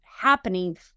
happening